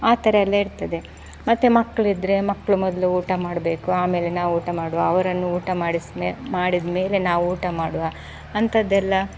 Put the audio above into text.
ಆ ಥರ ಎಲ್ಲ ಇರ್ತದೆ ಮತ್ತು ಮಕ್ಕಳಿದ್ರೆ ಮಕ್ಕಳು ಮೊದಲು ಊಟ ಮಾಡಬೇಕು ಆಮೇಲೆ ನಾವು ಊಟ ಮಾಡುವ ಅವರನ್ನು ಊಟ ಮಾಡಿಸಿ ಮೇ ಮಾಡಿದ ಮೇಲೆ ನಾವು ಊಟ ಮಾಡುವ ಅಂಥದ್ದೆಲ್ಲ